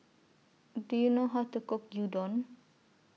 Do YOU know How to Cook Gyudon